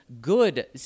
good